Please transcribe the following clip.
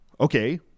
okay